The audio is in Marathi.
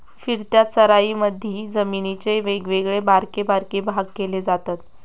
फिरत्या चराईमधी जमिनीचे वेगवेगळे बारके बारके भाग केले जातत